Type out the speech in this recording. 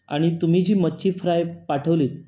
आणि तुम्ही जी मच्छी फ्राय पाठवलीत